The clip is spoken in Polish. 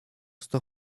sto